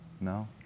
No